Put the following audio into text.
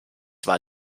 war